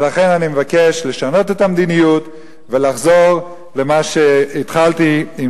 ולכן אני מבקש לשנות את המדיניות ולחזור למה שהתחלתי עם